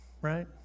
right